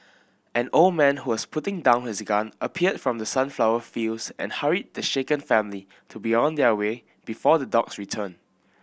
an old man who was putting down his gun appeared from the sunflower fields and hurried the shaken family to be on their way before the dogs return